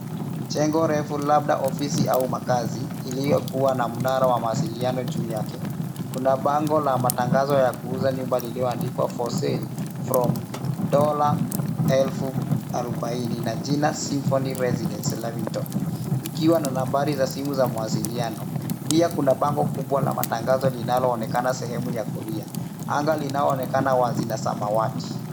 Jengo refu labda ofisi au makazi iliyokuwa na mnara wa mawasiliano juu yake. Kuna bango la matangazo ya kuuza nyumba lililoandikwa for sale from $40,000 na jina Symphony Residence Lavington ikiwa na nambari za simu za mawasiliano. Pia, kuna bango kubwa la matangazo linaloonekana sehemu ya kulia. Anga linaonekana wazi na samawati.